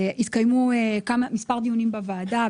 התקיימו מספר דיונים בוועדה,